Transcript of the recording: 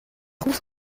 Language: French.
trouve